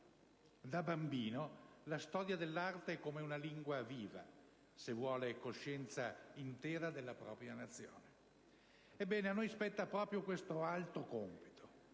da bambino la storia dell'arte come una lingua viva, se vuole aver coscienza intera della propria Nazione». Ebbene, a noi spetta proprio questo alto compito: